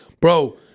Bro